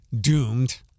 doomed